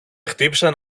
χτύπησαν